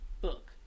book